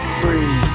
free